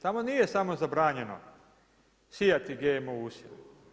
Tamo nije samo zabranjeno, sijati GMO usjev.